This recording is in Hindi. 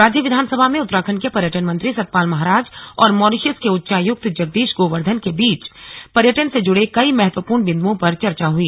राज्य विधानसभा में उत्तराखंड के पर्यटन मंत्री सतपाल महाराज और मॉरिशस के उच्चायुक्त जगदीश गोवर्धन के बीच पर्यटन से जुड़े कई महत्पूर्ण बिन्दुओं पर चर्चा हुई